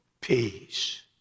peace